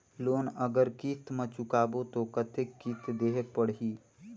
Loan अगर किस्त म चुकाबो तो कतेक किस्त देहेक पढ़ही?